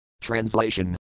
Translation